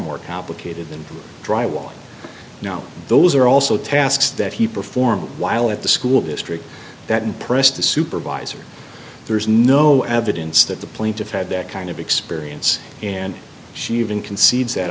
more complicated than drywall no those are also tasks that he performed while at the school district that impressed the supervisor there is no evidence that the plaintiff had that kind of experience and she even concedes that